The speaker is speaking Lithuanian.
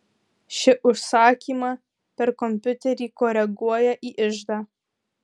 ši užsakymą per kompiuterį koreguoja į iždą